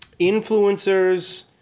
influencers